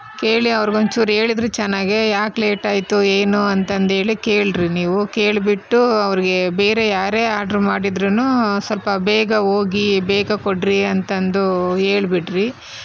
ಕೇಳಿ ಅವರಿಗೊಂಚೂರು ಹೇಳಿದ್ರೆ ಚೆನ್ನಾಗೆ ಯಾಕೆ ಲೇಟ್ ಆಯಿತು ಏನು ಅಂತಂದೇಳಿ ಕೇಳಿರಿ ನೀವು ಕೇಳ್ಬಿಟ್ಟು ಅವರಿಗೆ ಬೇರೆ ಯಾರೇ ಆಡ್ರು ಮಾಡಿದ್ರೂನೂ ಸ್ವಲ್ಪ ಬೇಗ ಹೋಗಿ ಬೇಗ ಕೊಡ್ರಿ ಅಂತಂದು ಹೇಳ್ಬಿಡ್ರಿ